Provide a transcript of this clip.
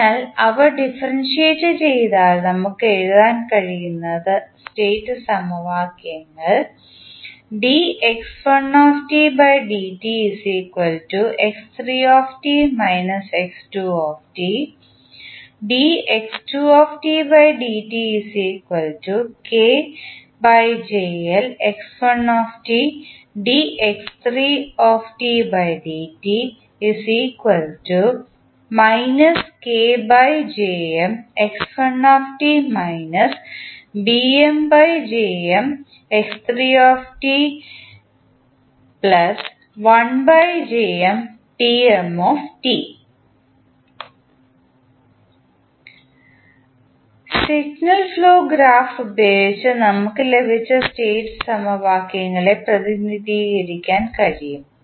അതിനാൽ അവ ഡിഫറെൻഷ്യട്ടു ചെയ്താൽ നമുക്ക് എഴുതാൻ കഴിയുന്ന സ്റ്റേറ്റ് സമവാക്യങ്ങൾ സിഗ്നൽ ഫ്ലോ ഗ്രാഫ് ഉപയോഗിച്ച് നമുക്ക് ലഭിച്ച സ്റ്റേറ്റ് സമവാക്യങ്ങളെ പ്രതിനിധീകരിക്കാൻ കഴിയും